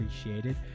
appreciated